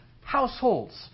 households